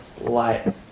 light